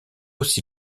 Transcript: aussi